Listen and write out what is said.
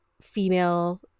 female